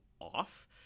off